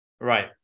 Right